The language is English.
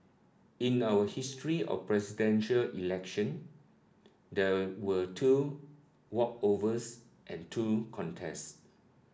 in our history of Presidential Election there were two walkovers and two contest